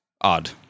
odd